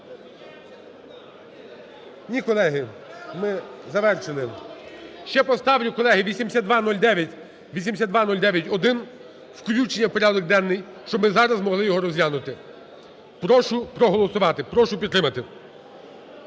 Ні, колеги, ми завершили. Ще поставлю, колеги, 8209, 8209-1 включення у порядок денний, щоб ми зараз могли його розглянути. Прошу проголосувати, прошу підтримати.